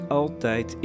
altijd